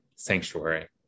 sanctuary